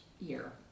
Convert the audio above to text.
year